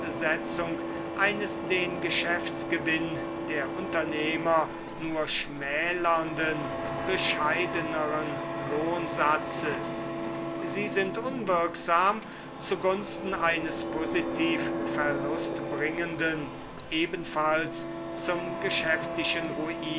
eines den geschäftsgewinn der unternehmer nur schmälernden bescheideneren lohnsatzes sie sind unwirksam zu gunsten eines positiv verlustbringenden ebenfalls zum geschäftlichen